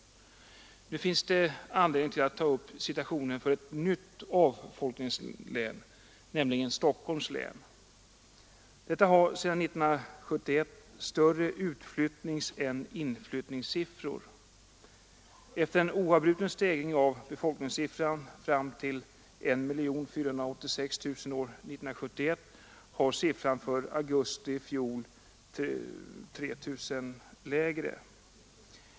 Nu finns det anledning att ta upp situationen för ett nytt avfolkningslän — nämligen Stockholms län. Detta har sedan 1971 större utflyttningsän inflyttningssiffror. Efter en oavbruten stegring av befolkningssiffran upp till 1486 000 år 1971 var siffran för augusti i fjol 3 000 lägre.